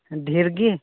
ᱰᱷᱮᱹᱨᱜᱮ